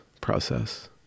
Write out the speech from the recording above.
process